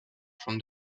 from